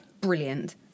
Brilliant